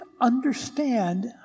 understand